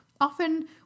often